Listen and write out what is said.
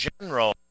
general